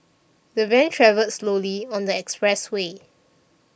the van travelled slowly on the expressway